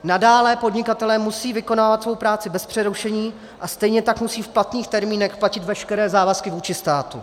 Nadále podnikatelé musí vykonávat svou práci bez přerušení a stejně tak musí v platných termínech platit veškeré závazky vůči státu.